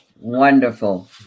wonderful